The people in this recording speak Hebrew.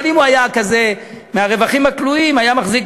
אבל אם הוא היה כזה מהרווחים הכלואים הוא היה מחזיק